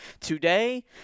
today